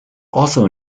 also